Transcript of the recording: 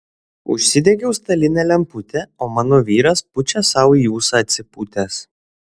užsidegiau stalinę lemputę o mano vyras pučia sau į ūsą atsipūtęs